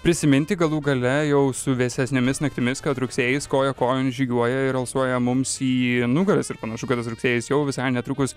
prisiminti galų gale jau su vėsesnėmis naktimis kad rugsėjis koja kojon žygiuoja ir alsuoja mums į nugaras ir panašu kad tas rugsėjis jau visai netrukus